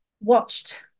watched